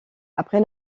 après